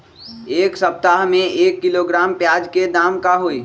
एक सप्ताह में एक किलोग्राम प्याज के दाम का होई?